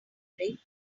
ordering